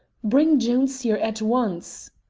bring jones here at once.